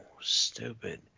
stupid